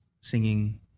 singing